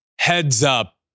heads-up